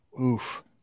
oof